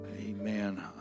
Amen